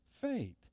faith